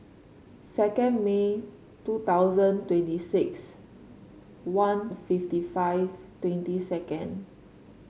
second May two thousand twenty six one fifty five twenty second